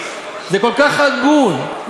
זה כל כך הגון,